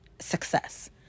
success